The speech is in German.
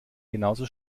genauso